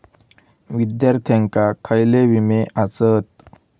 विद्यार्थ्यांका खयले विमे आसत?